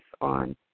on